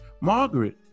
Margaret